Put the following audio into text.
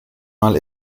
mal